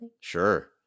Sure